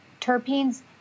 terpenes